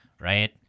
right